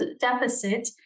deficit